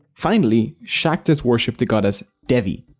finally, shaktas worship the goddess devi.